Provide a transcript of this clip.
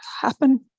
happen